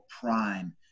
Prime